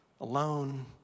alone